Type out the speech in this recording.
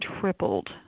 tripled